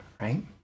right